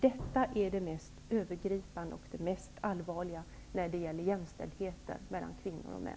Detta är det mest övergripande och allvarliga när det gäller jämställdhet mellan kvinnor och män.